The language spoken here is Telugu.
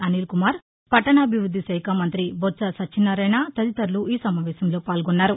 అనిల్కుమార్ పట్టణాభివృద్ది శాఖా మంత్రి బొత్స సత్యన్నారాయణ తదితరులు ఈ సమావేశంలో పాల్గొన్నారు